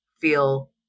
feel